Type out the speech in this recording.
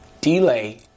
Delay